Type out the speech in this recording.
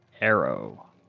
Arrow